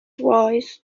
royce